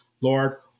Lord